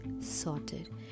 sorted